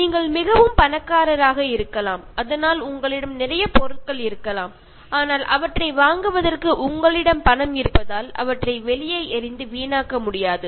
நீங்கள் மிகவும் பணக்காரராக இருக்கலாம் அதனால் உங்களிடம் நிறைய பொருட்கள் இருக்கலாம் ஆனால் அவற்றை வாங்குவதற்கு உங்களிடம் பணம் இருப்பதால் அவற்றை வெளியே எறிந்து வீணாக்க முடியாது